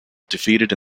defeated